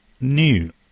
new